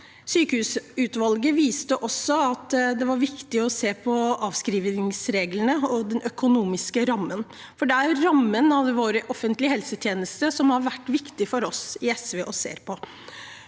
Sykehusutvalget viste også at det var viktig å se på avskrivningsreglene og den økonomiske rammen, og det er rammene for våre offentlige helsetjenester det har vært viktig for oss i SV å se på.